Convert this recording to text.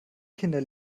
kinder